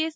S